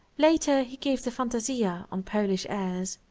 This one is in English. later he gave the fantasia on polish airs.